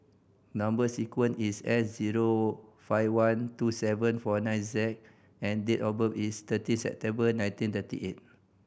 number sequence is S zero five one two seven four nine Z and date of birth is thirteen September nineteen thirty eight